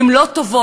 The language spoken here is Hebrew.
הן לא טובות.